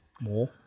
more